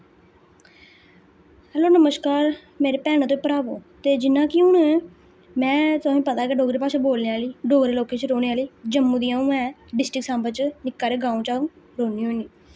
hello नमस्कार मेरे भैनों ते भ्रावो ते जि'न्ना कि हून में तुसें गी पता गै डोगरी भाशा बोलने आह्ली डोगरे लोकें च रौह्ने आह्ली जम्मू दी अ'ऊं ऐं डिस्ट्रिक साम्बा च निक्का हारा गाओं च अ'ऊं रौह्नी होन्नी